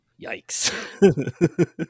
yikes